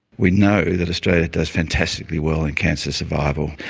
we know that australia does fantastically well in cancer survival.